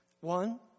One